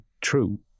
true